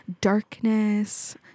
darkness